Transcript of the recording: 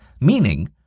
Meaning